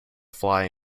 fly